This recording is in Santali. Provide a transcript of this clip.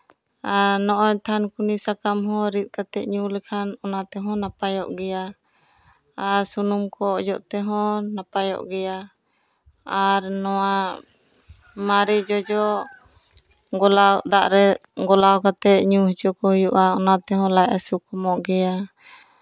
ᱱᱚᱜᱼᱚᱭ ᱛᱷᱟᱱᱠᱩᱱᱤ ᱥᱟᱠᱟᱢ ᱦᱚᱸ ᱨᱤᱫ ᱠᱟᱛᱮᱜ ᱧᱩ ᱞᱮᱠᱷᱟᱱ ᱚᱱᱟ ᱛᱮᱦᱚᱸ ᱱᱟᱯᱟᱭᱚᱜ ᱜᱮᱭᱟ ᱟᱨ ᱥᱩᱱᱩᱢ ᱠᱚ ᱚᱡᱚᱜ ᱛᱮᱦᱚᱸ ᱱᱟᱯᱟᱭᱚᱜ ᱜᱮᱭᱟ ᱟᱨ ᱱᱚᱣᱟ ᱢᱟᱨᱮ ᱡᱚᱡᱚ ᱜᱳᱞᱟᱣ ᱫᱟᱜ ᱨᱮ ᱜᱳᱞᱟᱣ ᱠᱟᱛᱮᱜ ᱧᱩ ᱦᱚᱪᱚ ᱠᱚ ᱦᱩᱭᱩᱜᱼᱟ ᱚᱱᱟ ᱛᱮᱦᱚᱸ ᱞᱟᱡ ᱦᱟᱹᱥᱩ ᱠᱚᱢᱚᱜ ᱜᱮᱭᱟ